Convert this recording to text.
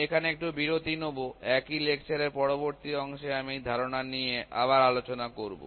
আমি এখানে একটু বিরতি নেব একই লেকচারের পরবর্তী অংশে আমি এই ধারণা নিয়ে আবার আলোচনা করব